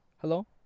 Hello